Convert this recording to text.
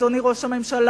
אדוני ראש הממשלה,